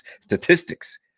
statistics